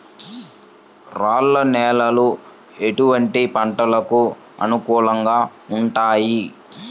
రాళ్ల నేలలు ఎటువంటి పంటలకు అనుకూలంగా ఉంటాయి?